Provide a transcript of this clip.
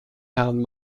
herrn